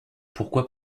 pourquoi